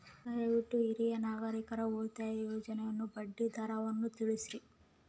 ದಯವಿಟ್ಟು ಹಿರಿಯ ನಾಗರಿಕರ ಉಳಿತಾಯ ಯೋಜನೆಯ ಬಡ್ಡಿ ದರವನ್ನು ತಿಳಿಸ್ರಿ